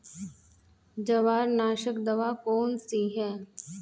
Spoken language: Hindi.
जवार नाशक दवा कौन सी है?